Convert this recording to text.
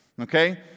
Okay